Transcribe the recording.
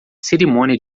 cerimônia